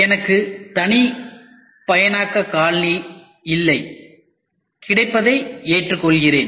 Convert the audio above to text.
எனக்கு தனிப்பயனாக்கம் காலணியில் இல்லை கிடைப்பதை ஏற்றுக்கொள்கிறேன்